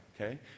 okay